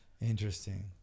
Interesting